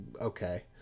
Okay